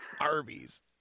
Arby's